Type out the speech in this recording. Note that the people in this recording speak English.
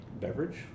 beverage